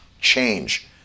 change